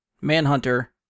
Manhunter